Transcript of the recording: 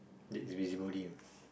that's busybody ah